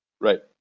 Right